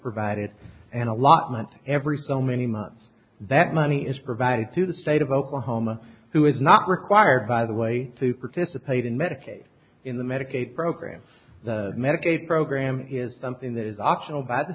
provided an allotment every so many months that money is provided to the state of oklahoma who is not required by the way to participate in medicaid in the medicaid program the medicaid program is something that is optional by the